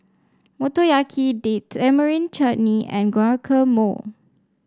Motoyaki Date Tamarind Chutney and Guacamole